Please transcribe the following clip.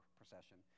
procession